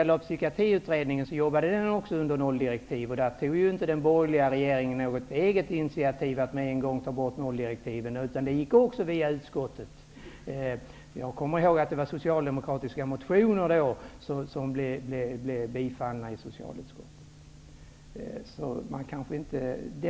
Också Psykiatriutredningen jobbade under nolldirektiv. Den borgerliga regeringen har i det fallet inte tagit något initiativ till att med en gång ta bort nolldirektiven. Även då gick det hela via utskottet. Jag minns att socialdemokratiska motioner tillstyrktes i socialutskottet. Utredningarna